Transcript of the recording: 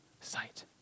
sight